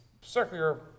circular